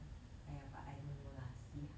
!aiya! but I don't know lah see